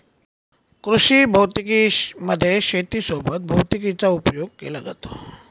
कृषी भौतिकी मध्ये शेती सोबत भैतिकीचा उपयोग केला जातो